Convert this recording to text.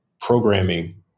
programming